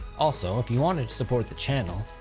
also if you wanted to support the channel,